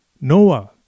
Noah